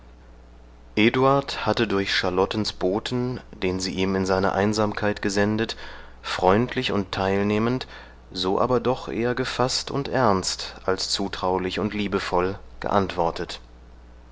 eduard hatte durch charlottens boten den sie ihm in seine einsamkeit gesendet freundlich und teilnehmend so aber doch eher gefaßt und ernst als zutraulich und liebevoll geantwortet